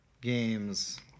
games